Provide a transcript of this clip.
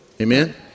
Amen